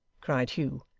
cried hugh,